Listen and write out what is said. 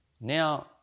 Now